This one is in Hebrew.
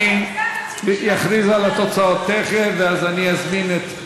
אני אכריז על התוצאות תכף ואז אני אזמין את,